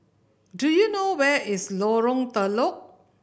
do you know where is Lorong Telok